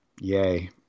yay